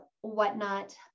whatnot